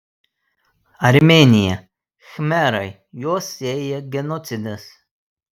armėnija khmerai juos sieja genocidas